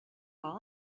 all